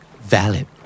Valid